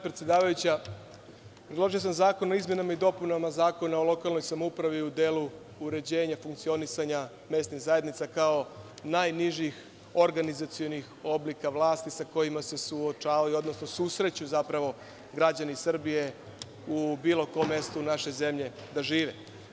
Predložio sam zakon o izmenama i dopunama Zakona o lokalnoj samoupravi u delu uređenja funkcionisanja mesnih zajednica kao najnižih organizacionih oblika vlasti sa kojima se susreću građani Srbije u bilo kom mestu naše zemlje da žive.